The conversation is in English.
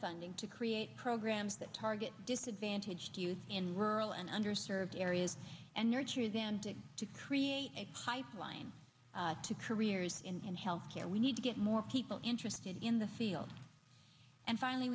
funding to create programs that target disadvantaged youth in rural and under served areas and nurture them to to create a high flying to careers in health care we need to get more people interested in the field and finally